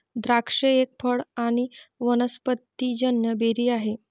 द्राक्ष एक फळ आणी वनस्पतिजन्य बेरी आहे